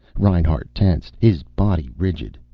reinhart tensed, his body rigid.